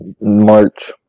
March